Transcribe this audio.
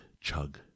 chug